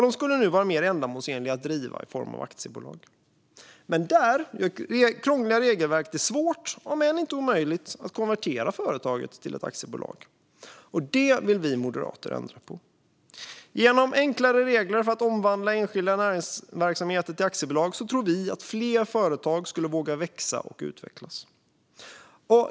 Det skulle nu vara mer ändamålsenligt att driva företaget i form av aktiebolag, men krångliga regelverk gör det svårt, om än inte omöjligt, att konvertera företaget till ett aktiebolag. Det här vill vi moderater ändra på. Genom enklare regler för att omvandla enskilda näringsverksamheter till aktiebolag tror vi att fler företag skulle våga växa och utvecklas.